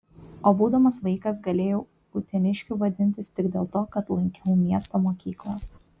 o būdamas vaikas galėjau uteniškiu vadintis tik dėl to kad lankiau miesto mokyklą